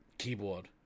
keyboard